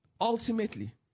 Ultimately